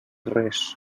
res